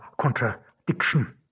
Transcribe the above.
contradiction